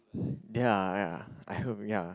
ya ya I hope ya